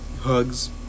Hugs